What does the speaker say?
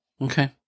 Okay